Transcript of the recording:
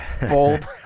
bold